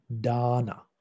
Dana